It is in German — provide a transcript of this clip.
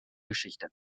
geschichte